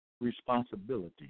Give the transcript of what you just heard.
responsibility